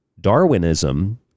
Darwinism